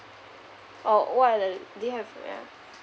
oh what are the do you have yeah